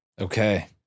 Okay